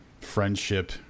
friendship